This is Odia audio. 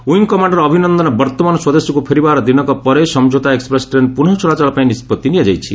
ୱିଙ୍ଗ୍ କମାଣ୍ଡର ଅଭିନନ୍ଦନ ବର୍ଭମାନ ସ୍ୱଦେଶକୁ ଫେରିବାର ଦିନକ ପରେ ସମ୍ଝୌତା ଏକ୍ପ୍ରେସ୍ ଟ୍ରେନ୍ ପୁନଃ ଚଳାଚଳ ପାଇଁ ନିଷ୍ପଭି ନିଆଯାଇଛି